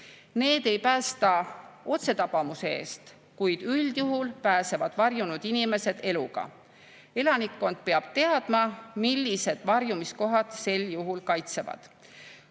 Need ei päästa otsetabamuse eest, kuid üldjuhul pääsevad varjunud inimesed eluga. Elanikkond peab teadma, millised varjumiskohad sel juhul kaitsevad.